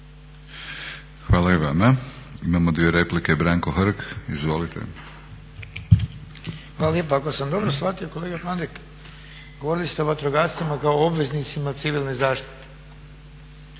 Hvala i vama. Imamo dvije replike. Branko Hrg. Izvolite. **Hrg, Branko (HSS)** Hvala lijepa. Ako sam dobro shvatio kolega Pandek govorili ste o vatrogascima kao obveznicima civilne zaštite.